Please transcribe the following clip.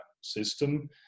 system